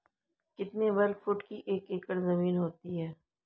कितने वर्ग फुट की एक एकड़ ज़मीन होती है?